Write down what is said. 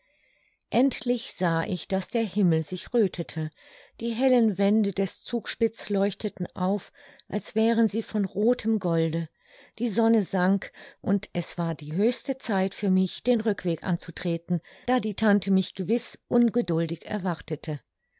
endlich sah ich daß der himmel sich röthete die hellen wände des zugspitz leuchteten auf als wären sie von rothem golde die sonne sank und es war die höchste zeit für mich den rückweg anzutreten da die tante mich gewiß ungeduldig erwartete